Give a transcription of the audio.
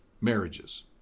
marriages